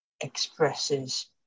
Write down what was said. Expresses